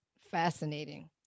fascinating